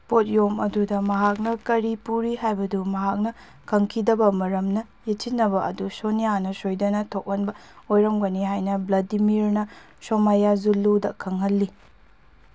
ꯄꯣꯠꯌꯣꯝ ꯑꯗꯨꯗ ꯃꯍꯥꯛꯅ ꯀꯔꯤ ꯄꯨꯔꯤ ꯍꯥꯏꯕꯗꯨ ꯃꯍꯥꯛꯅ ꯈꯪꯈꯤꯗꯕ ꯃꯔꯝꯅ ꯌꯦꯠꯁꯤꯟꯅꯕ ꯑꯗꯨ ꯁꯣꯅꯤꯌꯥꯅ ꯁꯣꯏꯗꯅ ꯊꯣꯛꯍꯟꯕ ꯑꯣꯏꯔꯝꯒꯅꯤ ꯍꯥꯏꯅ ꯕ꯭ꯂꯗꯤꯃꯤꯔꯅ ꯁꯣꯃꯌꯥꯖꯨꯂꯨꯗ ꯈꯪꯍꯜꯂꯤ